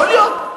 יכול להיות.